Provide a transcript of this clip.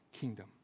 kingdom